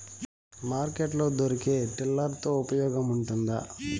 Market లో దొరికే tiller తో ఉపయోగం ఉంటుందా?